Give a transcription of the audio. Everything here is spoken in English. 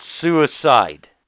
suicide